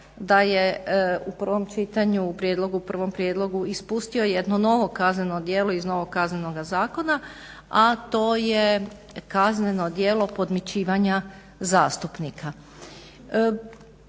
da je u prvom čitanju, u prvom prijedlogu ispustio jedno novo kazneno djelo iz novog KZ-a a to je kazneno djelo podmićivanja zastupnika.